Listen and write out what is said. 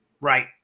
Right